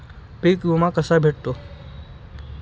पीक विमा कसा भेटतो?